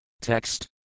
TEXT